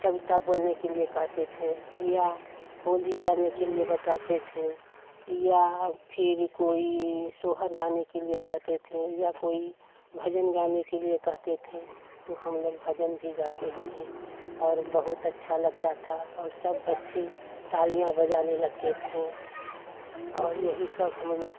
कविता बोलने के लिए कहते थे या होली गाने के लिए बताते थे या फ़िर कोई सोहर गाने के लिए कहते थे या कोई भजन गाने के लिए कहते थे तो हम लोग भजन भी गाते थे और बहुत अच्छा लगता था और सब बच्चे तालियाँ बजाने लगते थे और यही सब हम लोग